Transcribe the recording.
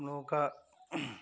हमलोगों का